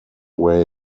way